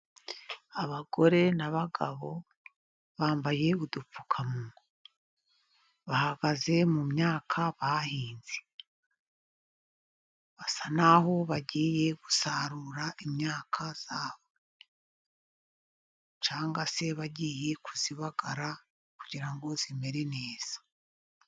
Abagore n'abagabo bambaye udupfukamunwa, bahagaze mu myaka bahinze. Basa naho bagiye gusarura imyaka yabo cyangwa se bagiye kuyibagara, kugira ngo imere neza.